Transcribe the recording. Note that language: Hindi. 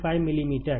35 मिलीमीटर